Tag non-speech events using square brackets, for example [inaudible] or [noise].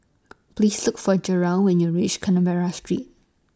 Please Look For Jarrell when YOU REACH [unintelligible] Street